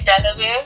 Delaware